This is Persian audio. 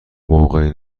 موقع